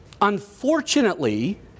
unfortunately